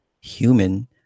human